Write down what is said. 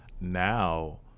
Now